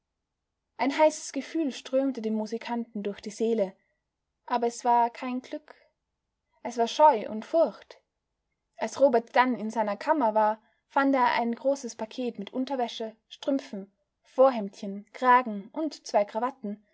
ein heißes gefühl strömte dem musikanten durch die seele aber es war kein glück es war scheu und furcht als robert dann in seiner kammer war fand er ein großes paket mit unterwäsche strümpfen vorhemdchen kragen und zwei krawatten